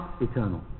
eternal